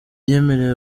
yemereye